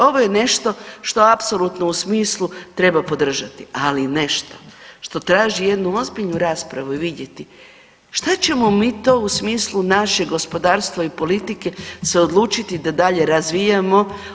Ovo je nešto što apsolutno u smislu treba podržati, ali nešto što traži jednu ozbiljnu raspravu i vidjeti šta ćemo mi to u smislu našeg gospodarstva i politike se odlučiti da dalje razvijamo.